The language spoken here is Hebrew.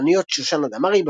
כלניות | שושנה דמארי,